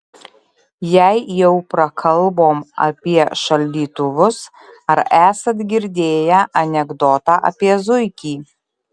jei jau prakalbom apie šaldytuvus ar esat girdėję anekdotą apie zuikį